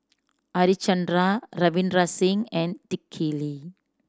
Harichandra Ravinder Singh and Dick Lee